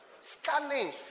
scanning